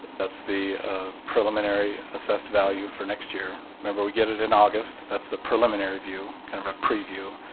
that's the preliminary assessed value for next year. remember, we get it in august. that's the preliminary view, kind of our preview.